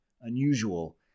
unusual